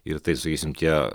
ir tai sakysim tie